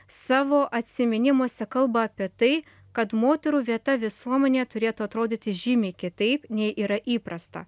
savo atsiminimuose kalba apie tai kad moterų vieta visuomenėj turėtų atrodyti žymiai kitaip nei yra įprasta